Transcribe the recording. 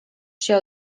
się